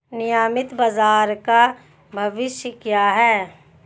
नियमित बाजार का भविष्य क्या है?